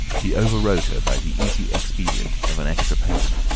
he over-rode her by the easy expedient of an extra payment.